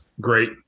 great